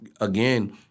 again